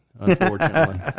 unfortunately